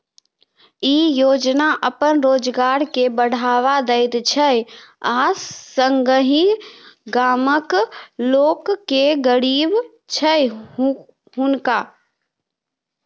ई योजना अपन रोजगार के बढ़ावा दैत छै आ संगहि गामक लोक जे गरीब छैथ हुनका